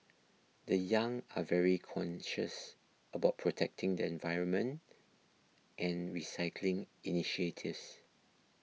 the young are very conscious about protecting the environment and recycling initiatives